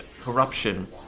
corruption